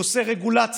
הוא עושה רגולציה,